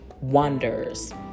wonders